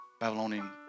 Babylonian